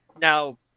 now